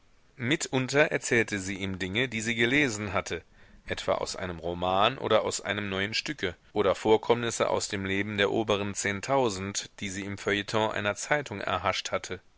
mitunter erzählte sie ihm dinge die sie gelesen hatte etwa aus einem roman oder aus einem neuen stücke oder vorkommnisse aus dem leben der oberen zehntausend die sie im feuilleton einer zeitung erhascht hatte